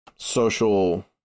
Social